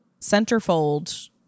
centerfold